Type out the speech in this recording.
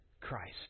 Christ